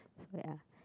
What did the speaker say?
so yeah